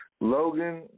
Logan